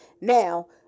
Now